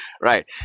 Right